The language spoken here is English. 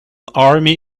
army